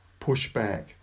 pushback